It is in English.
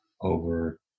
over